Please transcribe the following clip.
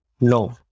No